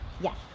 Yes